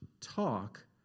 talk